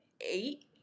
eight